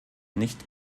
nicht